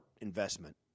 investment